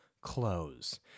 close